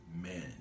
men